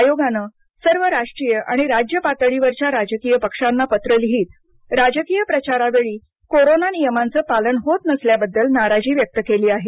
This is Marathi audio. आयोगानं सर्व राष्ट्रीय आणि राज्य पातळीवरच्या राजकीय पक्षांना पत्र लिहित राजकीय प्रचारावेळी कोरोना नियमांचं पालन होत नसल्याबद्दल नाराजी व्यक्त केली आहे